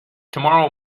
tomorrow